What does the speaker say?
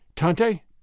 Tante